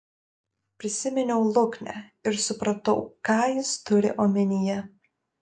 prisiminiau luknę ir supratau ką jis turi omenyje